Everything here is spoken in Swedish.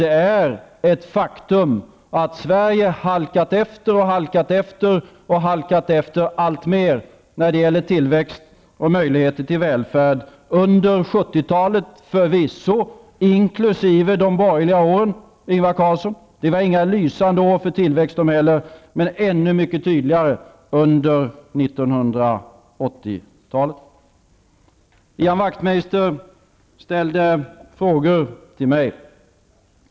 Det är ett faktum att Sverige halkat efter och halkat efter, och halkat efter alltmer när det gäller tillväxt och möjligheter till välfärd -- under 1970-talet förvisso, inkl. de borgerliga åren, Ingvar Carlsson; det var inga lysande år för tillväxt de heller, men ännu mycket tydligare under 1980-talet. Ian Wachtmeister ställde frågor till mig.